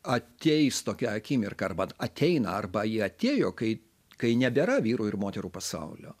ateis tokia akimirka arba ateina arba ji atėjo kai kai nebėra vyrų ir moterų pasaulio